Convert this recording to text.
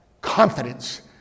confidence